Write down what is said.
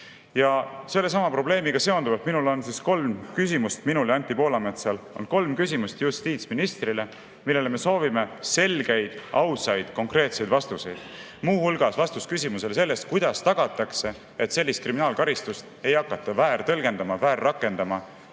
Ja sellesama probleemiga seonduvalt on minul ja Anti Poolametsal kolm küsimust justiitsministrile, millele me soovime selgeid, ausaid, konkreetseid vastuseid. Muu hulgas soovime vastust küsimusele, kuidas tagatakse, et sellist kriminaalkaristust ei hakata väärtõlgendama, väärrakendama